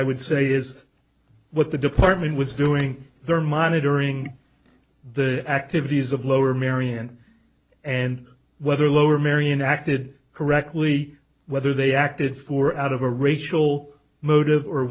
i would say is what the department was doing there monitoring the activities of lower merion and whether lower merion acted correctly whether they acted for out of a racial motive or